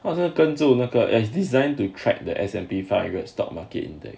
好像跟住那个 as designed to track the S&P five hundred stock market index